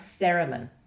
theremin